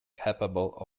capable